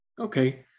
Okay